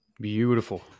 Beautiful